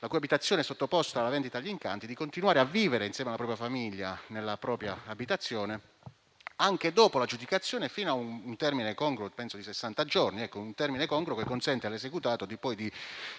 la cui abitazione è sottoposta a vendita agli incanti, di continuare a vivere insieme alla famiglia nella propria abitazione anche dopo l'aggiudicazione e fino a un termine congruo - penso sia di sessanta giorni - che consente all'esecutato di cercare